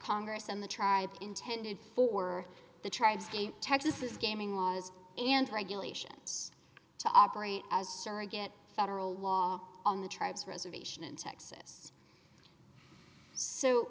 congress and the tribe intended for the tribes game texas gaming laws and regulations to operate as surrogate federal law on the tribes reservation in texas so